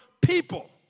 people